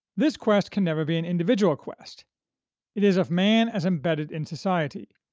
this quest can never be an individual quest it is of man as embedded in society,